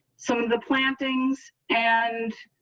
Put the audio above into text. some of the plantings and